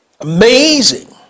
Amazing